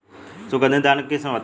सुगंधित धान के किस्म बताई?